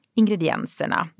ingredienserna